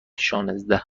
شانزده